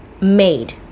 made